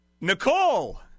Nicole